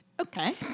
Okay